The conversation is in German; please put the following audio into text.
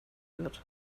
wird